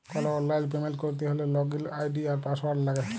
call অললাইল payment ক্যরতে হ্যলে লগইল আই.ডি আর পাসঅয়াড় লাগে